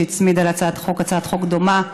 שהצמידה להצעת החוק הצעת חוק דומה,